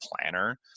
Planner